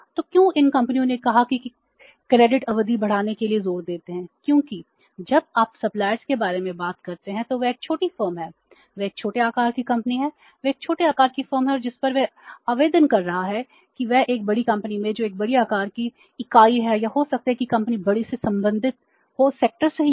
तो क्यों इन कंपनियों ने कहा कि क्रेडिट अवधि के बारे में बात करते हैं तो वह एक छोटी फर्म है वह एक छोटे आकार की कंपनी है वह एक छोटे आकार की फर्म है और जिस पर वह आवेदन कर रहा है वह एक बड़ी कंपनी है जो एक बड़ी आकार की इकाई है या हो सकता है कि कंपनी बड़ी से संबंधित हो सेक्टर सही है